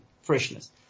freshness